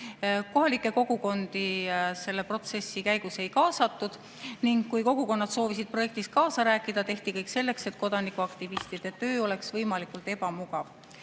Kohalikke kogukondi selle protsessi käigus ei kaasatud ning kui kogukonnad soovisid projektis kaasa rääkida, tehti kõik selleks, et kodanikuaktivistide töö oleks võimalikult ebamugav.